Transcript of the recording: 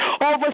over